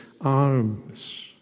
arms